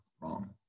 wrong